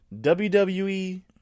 WWE